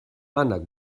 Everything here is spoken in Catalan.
ànec